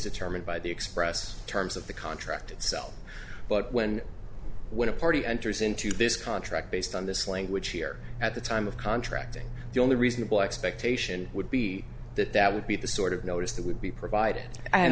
determined by the express terms of the contract itself but when when a party enters into this contract based on this language here at the time of contracting the only reasonable expectation would be that that would be the sort of notice that would be provided and